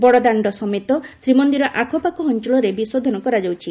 ବଡଦାଣ୍ଡ ସମେତ ଶ୍ରୀମନ୍ଦିର ଆଖପାଖ ଅଞ୍ଞଳରେ ବିଶୋଧନ କରାଯାଉଛି